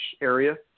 area